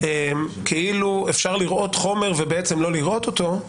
כאילו אפשר לראות חומר ובעצם לא לראות אותו,